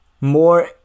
more